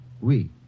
Oui